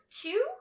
Two